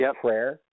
prayer